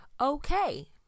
Okay